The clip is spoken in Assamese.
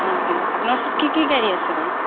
অঁ অঁ আপোনাৰ ওচৰত কি কি গাড়ী আছে বাৰু